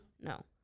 No